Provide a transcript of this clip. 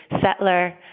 settler